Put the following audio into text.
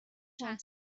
چند